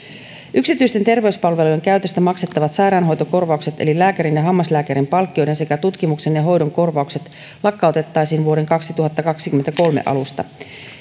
yksityisten terveyspalvelujen käytöstä maksettavat sairaanhoitokorvaukset eli lääkärin ja hammaslääkärin palkkioiden sekä tutkimuksen ja hoidon korvaukset lakkautettaisiin vuoden kaksituhattakaksikymmentäkolme alusta